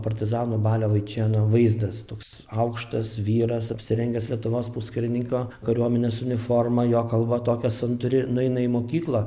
partizano balio vaičėno vaizdas toks aukštas vyras apsirengęs lietuvos puskarininkio kariuomenės uniforma jo kalba tokia santūri nueina į mokyklą